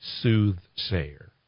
soothsayer